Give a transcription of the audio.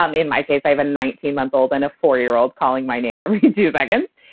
um in my case, i have a nineteen month old and a four year old calling my name every two seconds.